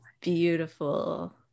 beautiful